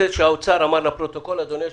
אדוני היושב-ראש,